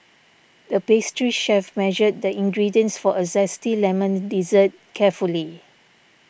the pastry chef measured the ingredients for a Zesty Lemon Dessert carefully